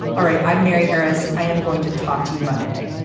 all right. i'm mary harris. i am going to talk to you monday